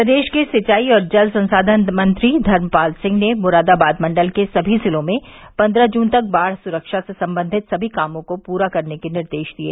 प्रदेश के सिंचाई और जल संसाधन मंत्री धर्मपाल सिंह ने मुरादाबाद मंडल के सभी जिलों में पन्द्रह जून तक बाढ़ सुरक्षा से संबंधित सभी कामों को पूरा करने के निर्देश दिये